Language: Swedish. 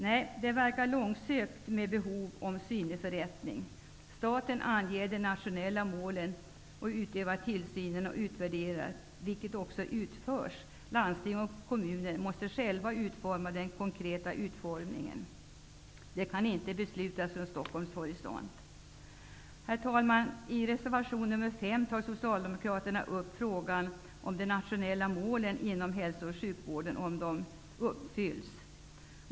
Nej, det verkar långsökt att tala om behov av syneförrättning! Staten anger de nationella målen, utövar tillsyn och utvärderar. Landsting och kommuner måste själva svara för den konkreta utformningen. Det kan inte beslutas från Stockholms horisont. Herr talman! I reservation 5 tar Socialdemokraterna upp frågan om de nationella målen inom hälso och sjukvården uppfylls.